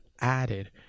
added